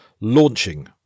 launching